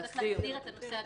צריך להסדיר את הנושא התקציבי.